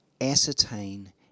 ascertain